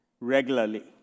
regularly